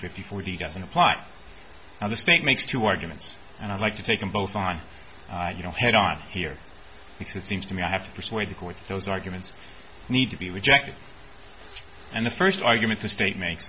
fifty forty doesn't apply now the state makes two arguments and i like to take them both on you know head on here because it seems to me i have to persuade the courts those arguments need to be rejected and the first argument the state make